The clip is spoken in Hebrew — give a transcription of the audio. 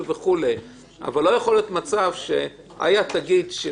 אבל לא יכול להיות מצב שאיה תגיד שהיא